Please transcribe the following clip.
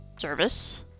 service